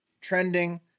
trending